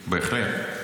בהחלט.